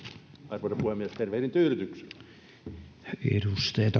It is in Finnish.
ja tätä arvoisa puhemies tervehdin tyydytyksellä